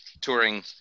touring